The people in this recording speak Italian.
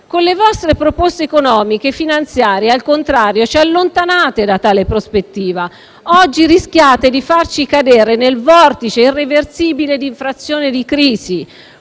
Con le vostre proposte economiche e finanziarie, al contrario, ci allontanate da tale prospettiva e oggi rischiate di farci cadere nel vortice irreversibile d'infrazione e di crisi,